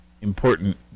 important